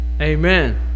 Amen